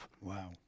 Wow